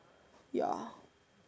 ya